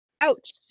Ouch